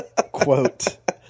Quote